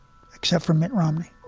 except for mitt romney